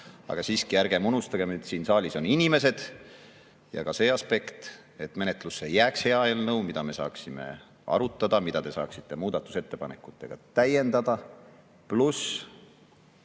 aga siiski ärgem unustagem, et siin saalis on inimesed. On ka see aspekt, et menetlusse jääks hea eelnõu, mida me saaksime arutada, mida te saaksite muudatusettepanekutega täiendada.